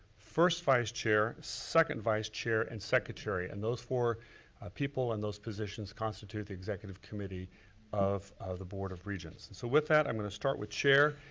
first vice-chair, second vice-chair and secretary and those four are people in those positions constitute the executive committee of of the board of regents. and so with that i'm gonna start with chair.